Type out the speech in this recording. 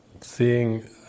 seeing